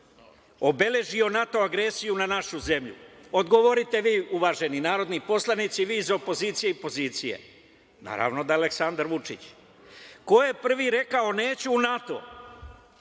obeležio NATO agresiju na našu zemlju? Odgovorite vi, uvaženi narodni poslanici, vi iz opozicije i pozicije. Naravno da je Aleksandar Vučić. Ko je prvi rekao - neću u NATO?